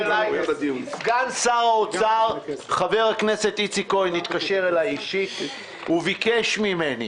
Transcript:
סגן שר האוצר חבר הכנסת איציק כהן התקשר אליי אישית וביקש ממני